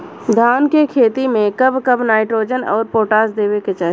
धान के खेती मे कब कब नाइट्रोजन अउर पोटाश देवे के चाही?